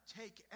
take